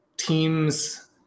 Teams